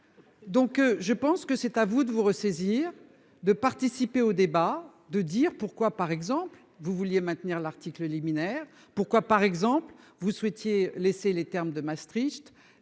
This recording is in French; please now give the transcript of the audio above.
Donc je pense que c'est à vous de vous ressaisir de participer au débat de dire pourquoi par exemple vous vouliez maintenir l'article liminaire pourquoi par exemple vous souhaitiez laisser les termes de Maastricht